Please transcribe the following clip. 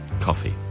Coffee